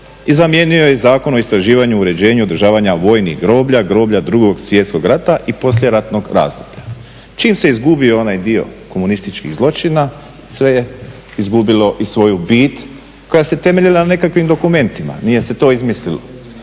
i zamijenio je Zakon o istraživanju, uređenju i održavanja vojnih groblja, groblja žrtava 2.svjetskog rata i poslijeratnog razdoblja. Čim se izgubio onaj dio komunističkih zločina sve je izgubilo i svoju bit koja se temeljila na nekim dokumentima, nije se to izmislilo.